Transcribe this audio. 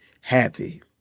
happy